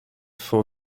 for